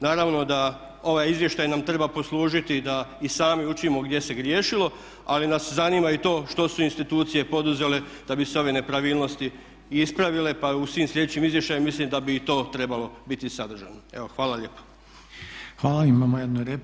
Naravno da ovaj izvještaj nam treba poslužiti da i sami učimo gdje se griješilo, ali nas zanima i to što su institucije poduzele da bi se ove nepravilnosti ispravile, pa u svim sljedećim izvještajima mislim da bi i to trebalo biti sadržano.